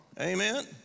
Amen